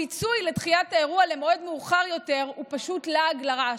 הפיצוי בדחיית האירוע למועד מאוחר יותר הוא פשוט לעג לרש.